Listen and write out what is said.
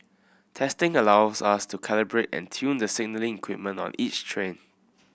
testing allows us to calibrate and tune the signalling equipment on each train